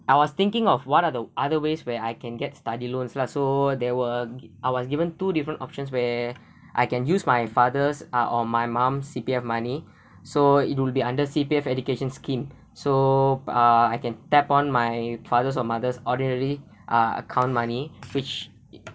I was thinking of what are the other ways where I can get study loans lah so there were I was given two different options where I can use my father's uh or my mom C_P_F money so it will be under C_P_F education scheme so uh I can tap on my father's or mother's ordinary account money which it